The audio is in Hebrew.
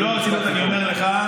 במלוא הרצינות אני אומר לך,